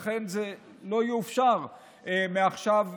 לכן זה לא יאופשר מעכשיו והלאה.